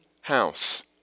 house